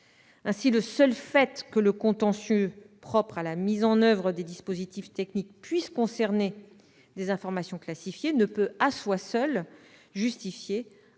Ainsi, le seul fait que le contentieux propre à la mise en oeuvre des dispositifs techniques puisse concerner des informations classifiées ne peut à lui seul justifier